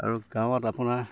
আৰু গাঁৱত আপোনাৰ